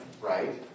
right